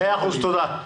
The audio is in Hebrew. תודה.